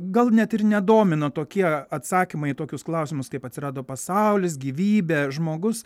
gal net ir nedomino tokie atsakymai į tokius klausimus kaip atsirado pasaulis gyvybė žmogus